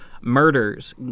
murders